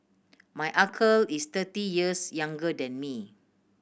my uncle is thirty years younger than me